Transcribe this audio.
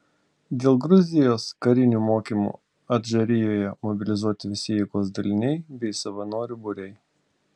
dėl gruzijos karinių mokymų adžarijoje mobilizuoti visi jėgos daliniai bei savanorių būriai